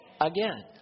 again